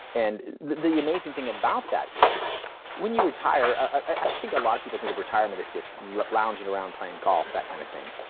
and the amazing thing about that is when you retire, i think a lot of people think of retirement as just lounging around playing golf that kind of thing,